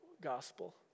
gospel